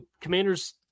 Commanders